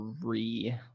three